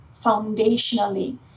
foundationally